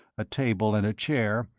a table and a chair,